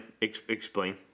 Explain